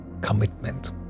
commitment